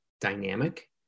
dynamic